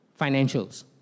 financials